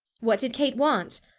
what did kate want?